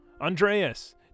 Andreas